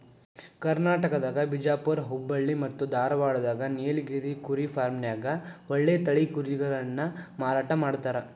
ಕರ್ನಾಟಕದಾಗ ಬಿಜಾಪುರ್ ಹುಬ್ಬಳ್ಳಿ ಮತ್ತ್ ಧಾರಾವಾಡದಾಗ ನೇಲಗಿರಿ ಕುರಿ ಫಾರ್ಮ್ನ್ಯಾಗ ಒಳ್ಳೆ ತಳಿ ಕುರಿಗಳನ್ನ ಮಾರಾಟ ಮಾಡ್ತಾರ